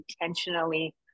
intentionally